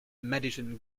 madison